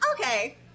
Okay